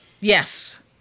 yes